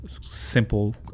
simple